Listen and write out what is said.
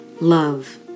Love